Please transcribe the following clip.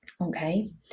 okay